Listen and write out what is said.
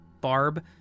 Barb